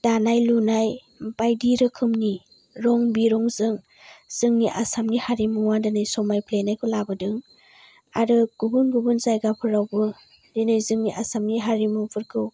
दानाय लुनाय बायदि रोखोमनि रं बिरंजों जोंनि आसामनि हारिमुवा दिनै समायफ्लेनायखौ लाबोदों आरो गुबुन गुबुन जायगाफोरावबो दिनै जोंनि आसामनि हारिमुफोरखौ